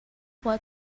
what